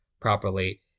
properly